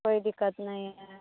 कोई दिक्कत नहीं है